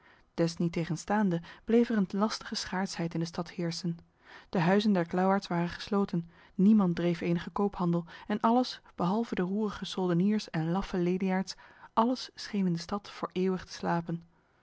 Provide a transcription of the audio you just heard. niettegenstaande bleef er een lastige schaarsheid in de stad heersen de huizen der klauwaards waren gesloten niemand dreef enige koophandel en alles behalve de roerige soldeniers en laffe leliaards alles scheen in de stad voor eeuwig te slapen